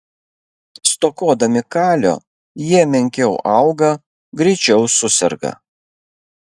stokodami kalio jie menkiau auga greičiau suserga